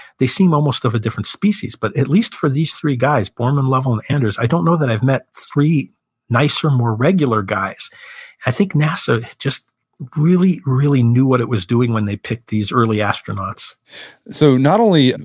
they seem almost of a different species. but at least for these three guys, borman, lovell, and anders, i don't know that i've met three nicer, more regular guys i think nasa just really, really knew what it was doing when they picked these early astronauts so not only,